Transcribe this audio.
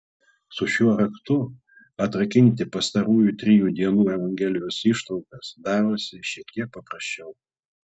su šiuo raktu atrakinti pastarųjų trijų dienų evangelijos ištraukas darosi šiek tiek paprasčiau